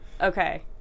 okay